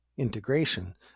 Integration